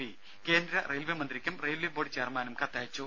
P കേന്ദ്ര railway മന്ത്രിക്കും railway board ചെയർമാനും കത്തയച്ചു